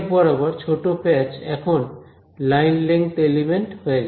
বরাবর ছোট প্যাচ এখন লাইন লেঙ্থ এলিমেন্ট হয়ে গেছে